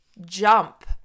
jump